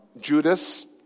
Judas